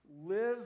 live